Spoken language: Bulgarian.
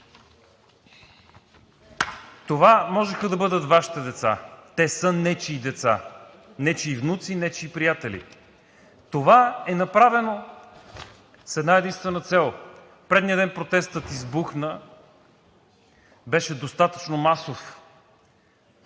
Това можеха да бъдат Вашите деца! Те са нечии деца, нечии внуци, нечии приятели. Това е направено с една-единствена цел – предният ден протестът избухна, беше достатъчно масов,